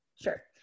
Sure